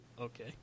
Okay